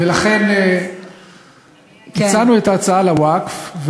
ולכן הצענו את ההצעה לווקף,